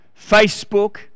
facebook